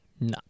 No